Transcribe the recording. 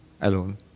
alone